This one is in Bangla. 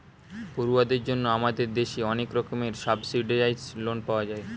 পড়ুয়াদের জন্য আমাদের দেশে অনেক রকমের সাবসিডাইস্ড্ লোন পাওয়া যায়